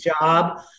job